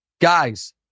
guys